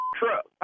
truck